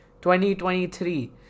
2023